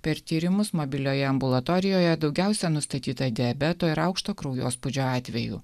per tyrimus mobilioje ambulatorijoje daugiausiai nustatyta diabeto ir aukšto kraujospūdžio atvejų